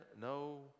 no